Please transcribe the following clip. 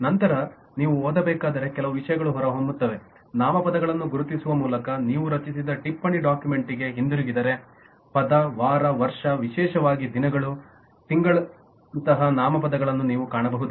ನಂತರ ನೀವು ಓದಬೇಕಾದರೆ ಕೆಲವು ವಿಷಯಗಳು ಹೊರಹೊಮ್ಮುತ್ತವೆ ನಾಮಪದಗಳನ್ನು ಗುರುತಿಸುವ ಮೂಲಕ ನೀವು ರಚಿಸಿದ ಟಿಪ್ಪಣಿ ಡಾಕ್ಯುಮೆಂಟ್ಗೆ ಹಿಂತಿರುಗಿದರೆ ಪದ ವಾರ ವರ್ಷ ವಿಶೇಷವಾಗಿ ದಿನಗಳು ತಿಂಗಳಂತಹ ನಾಮಪದಗಳನ್ನು ನೀವು ಕಾಣಬಹುದು